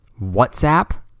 WhatsApp